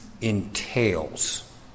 entails